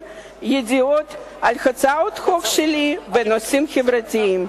ידיעות על הצעות חוק שלי בנושאים חברתיים,